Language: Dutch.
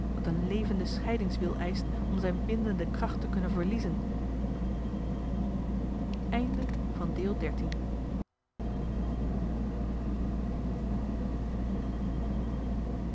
dat een levende scheidingswil eischt om zijn bindende kracht te kunnen verliezen